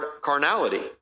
carnality